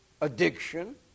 addiction